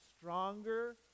stronger